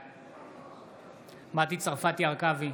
בעד מטי צרפתי הרכבי,